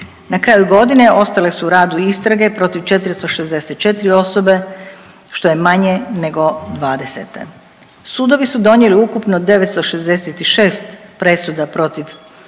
Na kraju godine, ostale su u radu istrage protiv 464 osobe, što je manje nego '20. Sudovi su donijeli ukupno 966 presuda protiv